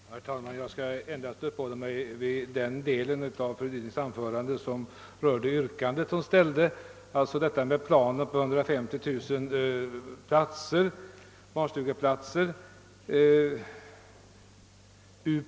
Herr talman! Jag skall endast uppehålla mig vid den del av fru Rydings anförande som gäller hennes yrkande om en plan för 150 000 barnstugeplatser.